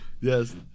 yes